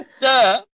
duh